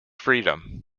freedom